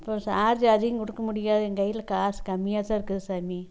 அப்புறம் சார்ஜ் அதிகம் கொடுக்க முடியாது எங்கையில் காசு கம்மியாக தான் இருக்குது சாமி